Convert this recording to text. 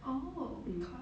oh court